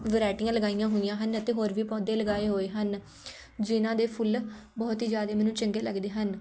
ਵਰਾਈਟੀਆਂ ਲਗਾਈਆਂ ਹੋਈਆ ਹਨ ਅਤੇ ਹੋਰ ਵੀ ਪੌਦੇ ਲਗਾਏ ਹੋਏ ਹਨ ਜਿਹਨਾਂ ਦੇ ਫੁੱਲ ਬਹੁਤ ਹੀ ਜ਼ਿਆਦਾ ਮੈਨੂੰ ਚੰਗੇ ਲੱਗਦੇ ਹਨ